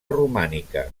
romànica